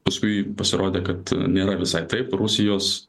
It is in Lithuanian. paskui pasirodė kad nėra visai taip rusijos